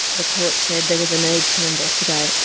the court said there was a need to investigate.